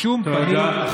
תודה.